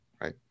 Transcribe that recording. right